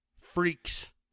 freaks